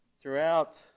Throughout